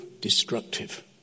destructive